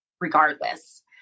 regardless